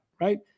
right